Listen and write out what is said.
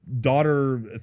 daughter